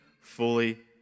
fully